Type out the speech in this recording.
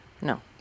No